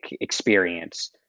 experience